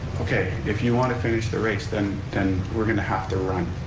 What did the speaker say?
okay, if you want to finish the race, then then we're going to have to run.